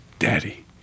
Daddy